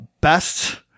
best